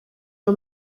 ayo